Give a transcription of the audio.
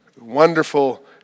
wonderful